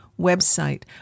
website